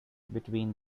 between